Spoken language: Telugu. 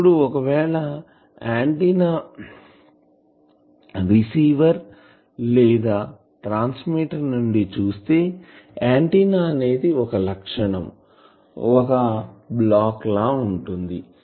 ఇప్పుడు ఒకవేళ ఆంటిన్నా రిసీవర్ లేదా ట్రాన్స్మిటర్ నుండి చూస్తే ఆంటిన్నా అనేది ఒక లక్షణం ఒక బ్లాక్ లా ఉంటుంది